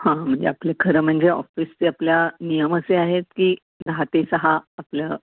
हां म्हणजे आपलं खरं म्हणजे ऑफिसचे आपल्या नियम असे आहेत की दहा ते सहा आपलं